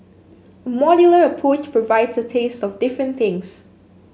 a modular approach provides a taste of different things